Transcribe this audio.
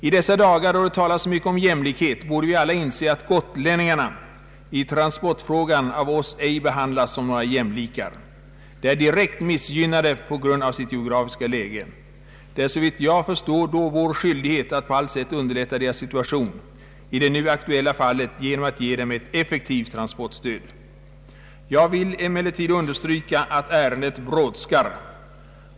I dessa dagar, då det talas så mycket om jämlikhet, borde vi alla inse att gotlänningarna i transportfrågan av oss ej behandlas som några jämlikar. De är direkt missgynnade på grund av sitt geografiska läge. Det är såvitt jag förstår då vår skyldighet att på allt sätt underlätta deras situation — i det nu aktuella fallet genom att ge dem ett effektivt transportstöd. Jag vill emellertid understryka att ärendet brådskar.